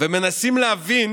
ומנסים להבין